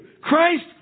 Christ